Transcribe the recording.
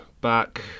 back